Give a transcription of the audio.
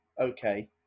Okay